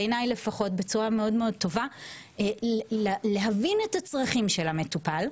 בעיניי לפחות בצורה מאוד טובה להבין את הצרכים של המטופל,